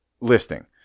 listing